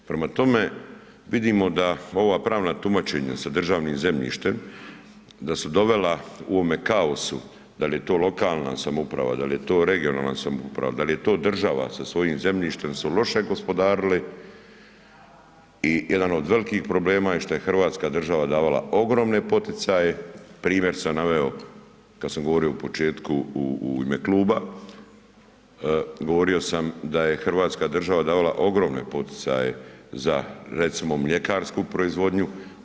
Prema tome, vidimo da ova pravna tumačenja sa državnim zemljištem, da su dovela u ovome kaosu, da li je to lokalna samouprava, da li je to regionalna samouprava, da li je to država sa svojim zemljištem su loše gospodarili i jedan od velikih problema je što je hrvatska država davala ogromne poticaje, primjer sam naveo kad sam govorio u početku u ime kluba, govorio sam da je hrvatska država davala ogromne poticaje za, recimo mljekarsku proizvodnju.